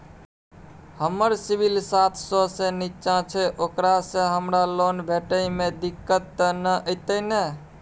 हमर सिबिल सात सौ से निचा छै ओकरा से हमरा लोन भेटय में दिक्कत त नय अयतै ने?